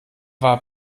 war